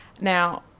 Now